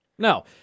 No